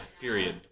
period